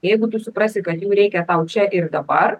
jeigu tu suprasi kad jų reikia tau čia ir dabar